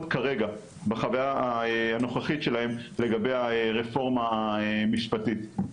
כרגע בחוויה הנוכחית שלהם לגבי הרפורמה המשפטית.